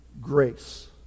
grace